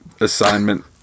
assignment